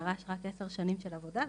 זה דרש רק עשר שנים של עבודה,